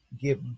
give